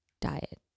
diet